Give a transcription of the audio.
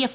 F